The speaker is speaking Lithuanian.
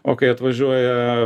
o kai atvažiuoja